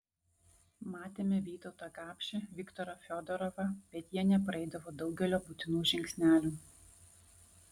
matėme vytautą gapšį viktorą fiodorovą bet jie nepraeidavo daugelio būtinų žingsnelių